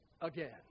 again